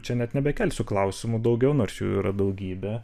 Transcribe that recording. čia net nebekelsiu klausimų daugiau nors jų yra daugybė